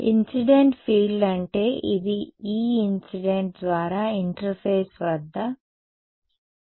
incident field అంటే ఇది E incident ద్వారా ఇంటర్ఫేస్ వద్ద నిలిపివేత యొక్క పరిమాణం